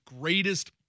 greatest